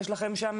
יש לכם שם